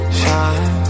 shine